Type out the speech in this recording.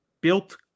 built